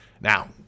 Now